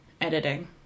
editing